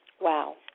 Wow